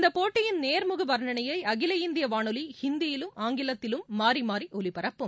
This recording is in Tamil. இந்தப் போட்டியின் நேர்முக வர்ணணையை அகில இந்திய வானொலி ஹிந்தியிலும் ஆங்கிலத்திலும் மாறி மாறி ஒலிபரப்பும்